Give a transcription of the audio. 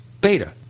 Beta